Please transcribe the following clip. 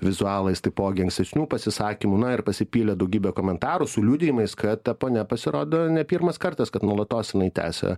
vizualais taipogi ankstesnių pasisakymų na ir pasipylė daugybė komentarų su liudijimais kad ta ponia pasirodo ne pirmas kartas kad nuolatos jinai tęsia